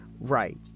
Right